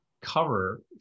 cover